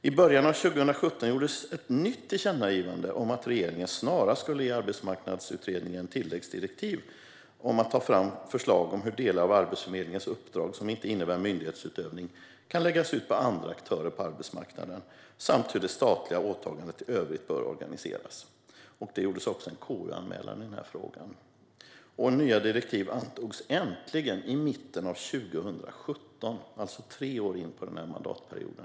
I början av 2017 gjordes ett nytt tillkännagivande om att regeringen snarast skulle ge Arbetsmarknadsutredningen tilläggsdirektiv om att ta fram förslag om hur de delar av Arbetsförmedlingens uppdrag som inte innebär myndighetsutövning kan läggas ut på andra aktörer på arbetsmarknaden samt om hur det statliga åtagandet i övrigt bör organiseras. Det gjordes också en KU-anmälan i frågan. Nya direktiv antogs äntligen i mitten av 2017, alltså tre år in i denna mandatperiod.